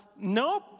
Nope